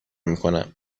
میکنم